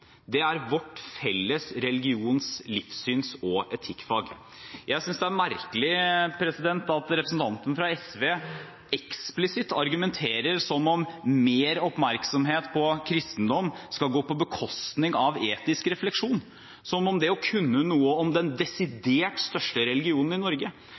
Det er vårt felles religions-, livssyns- og etikkfag. Jeg synes det er merkelig at representanten fra SV eksplisitt argumenterer som om mer oppmerksomhet på kristendom skal gå på bekostning av etisk refleksjon, som om det å kunne noe om og lære mer om den desidert største religionen i Norge,